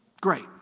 Great